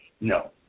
No